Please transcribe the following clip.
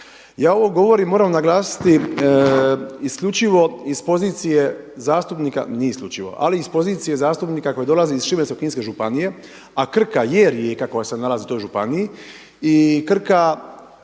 Ja ovo govorim, moram naglasiti isključivo iz pozicije zastupnika, nije isključivo ali iz pozicije zastupnika koji dolazi iz Šibensko-kninske županije a Krka je rijeka koja se nalazi u toj županiji i Krka